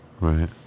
Right